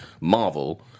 Marvel